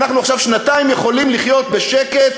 עכשיו שנתיים אנחנו יכולים לחיות בשקט,